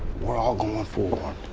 we're all going forward,